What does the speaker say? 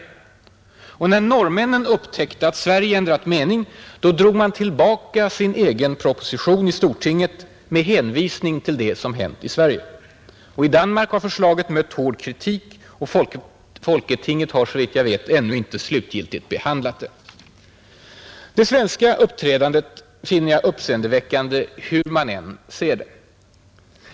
Och när norrmännen upptäckte att Sverige ändrat mening drog man tillbaka sin egen proposition i stortinget med hänvisning till vad som hänt i Sverige! I Danmark har förslaget mött hård kritik, och folketinget har såvitt jag vet ännu inte slutgiltigt behandlat det. Det svenska uppträdandet finner jag uppseendeväckande hur man än ser det.